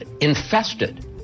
Infested